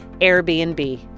Airbnb